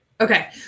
Okay